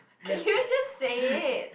can you just say it